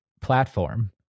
platform